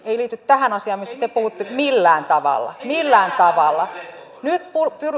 ei liity tähän asiaan mistä te puhuitte millään tavalla millään tavalla nyt